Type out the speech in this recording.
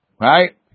right